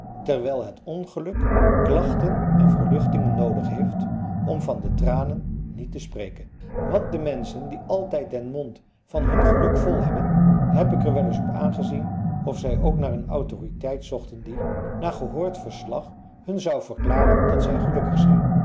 terwijl het ongeluk klachten en verluchtingen noodig heeft om van de tranen niet te spreken want de menschen die altijd den mond van hun geluk vol hebben heb er ik wel eens op aangezien of zij ook naar een autoriteit zochten die na gehoord verslag hun zou verklaren dat zij gelukkig zijn